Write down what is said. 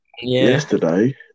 yesterday